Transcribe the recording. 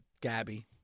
Gabby